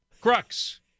Crux